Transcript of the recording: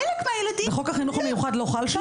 חלק מהילדים --- חוק החינוך המיוחד לא חל שם?